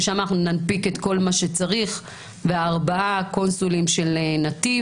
ששם אנחנו ננפיק את כל מה שצריך וארבעה קונסולים של נתיב.